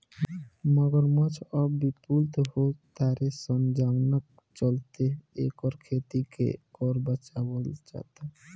मगरमच्छ अब विलुप्त हो तारे सन जवना चलते एकर खेती के कर बचावल जाता